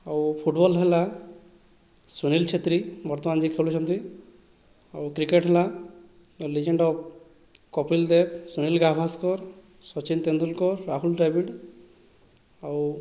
ଆଉ ଫୁଟବଲ ହେଲା ସୁନିଲ ଛେତ୍ରି ବର୍ତ୍ତମାନ ଯେ ଖେଳୁଛନ୍ତି ଆଉ କ୍ରିକେଟ ହେଲା ଏ ଲିଜେଣ୍ଡ କପିଲ ଦେବ ସୁନିଲ ଗାଭାସ୍କର ସଚିନ ତେନ୍ଦୁଲକର ରାହୁଲ ଦ୍ରାବିଡ଼ ଆଉ